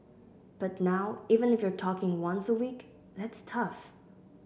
but now even if you're talking once a week that's tough